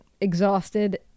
exhausted